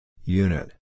Unit